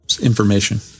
information